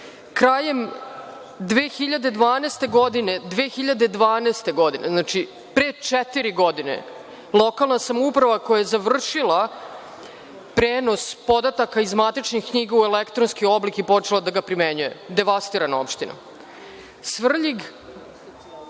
2012. godine, znači pre četiri godine, lokalna samouprava koja je završila prenos podataka iz matičnih knjiga u elektronski oblik i počela da ga primenjuje, devastirana opština.